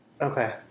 Okay